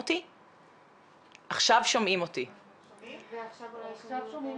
אני רציתי, והיות ולא שמעתם,